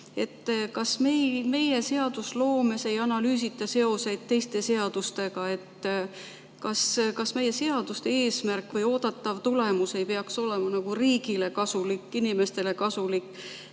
Kas meie seadusloomes ei analüüsita seoseid teiste seadustega? Kas meie seaduste eesmärk või oodatav tulemus ei peaks olema riigile kasulik, inimestele kasulik?